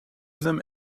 them